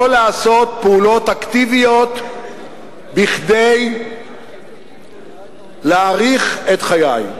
לא לעשות פעולות אקטיביות כדי להאריך את חיי.